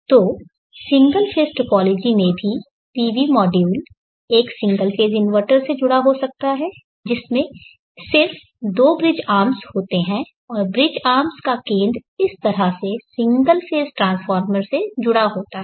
तो single phase topology में भी पीवी मॉड्यूल एक सिंगल फेज़ इन्वर्टर से जुड़ा हो सकता है जिसमें सिर्फ दो ब्रिज आर्म्स होते हैं और ब्रिज आर्म्स का केंद्र इस तरह से सिंगल फेज़ ट्रांसफॉर्मर से जुड़ा होता हैं